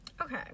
Okay